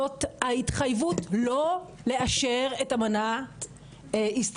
זה ההתחייבות לא לאשר את אמנת איסטנבול,